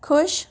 खुश